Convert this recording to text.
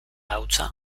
hautsa